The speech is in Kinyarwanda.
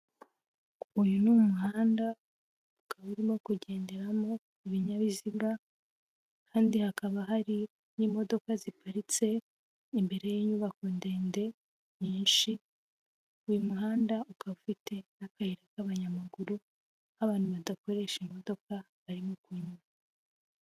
Uyu n'umuhanda ukaba urimo kugenderamo ibinyabiziga, kandi hakaba hari n'imodoka ziparitse imbere y'inyubako ndende nyinshi, uyu muhanda ukaba ufite akayira k'abanyamaguru, abantu badakoresha imodoka barimo kunyura.